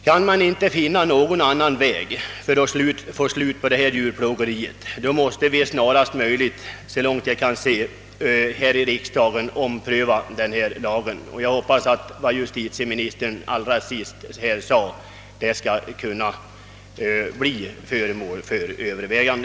Kan man inte finna någon annan väg för att få slut på detta djurplågeri, måste vi snarast möjligt, såvitt jag kan förstå, här i riksdagen ompröva lagen. Jag hoppas att den frågan skall, såsom justitieministern allra sist sade, bli föremål för övervägande.